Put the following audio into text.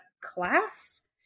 class